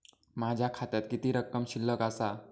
माझ्या खात्यात किती रक्कम शिल्लक आसा?